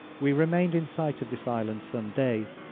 we remained in sight of this island some days,